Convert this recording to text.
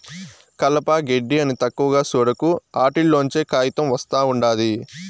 కలప, గెడ్డి అని తక్కువగా సూడకు, ఆటిల్లోంచే కాయితం ఒస్తా ఉండాది